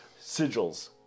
sigils